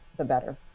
the better.